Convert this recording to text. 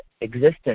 existence